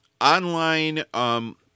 online –